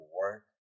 work